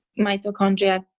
mitochondria